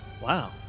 wow